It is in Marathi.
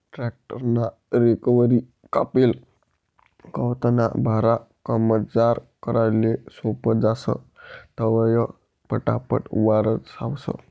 ट्रॅक्टर ना रेकवरी कापेल गवतना भारा एकमजार कराले सोपं जास, तवंय पटापट आवरावंस